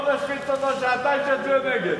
לא נשמיץ אותו שעתיים, שיצביע נגד.